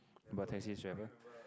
about taxi driver